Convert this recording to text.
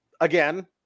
Again